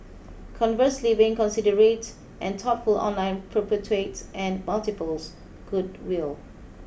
conversely being considerate and thoughtful online perpetuates and multiplies goodwill